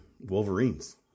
Wolverines